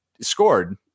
scored